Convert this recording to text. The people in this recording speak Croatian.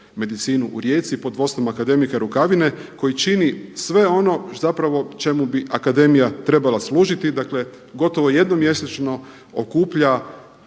u Rijeci pod vodstvom akademika Rukavine koji čini sve ono zapravo čemu bi akademija trebala služiti. Dakle, gotovo jednom mjesečno okuplja